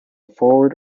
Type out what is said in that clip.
forward